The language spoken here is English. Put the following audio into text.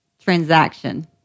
transaction